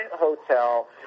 hotel